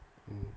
mm